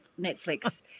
Netflix